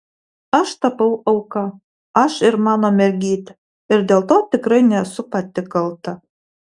aš tapau auka aš ir mano mergytė ir dėl to tikrai nesu pati kalta